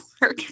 work